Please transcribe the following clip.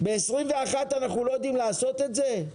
האם ב-2021 אנחנו לא יודעים לעשות זאת?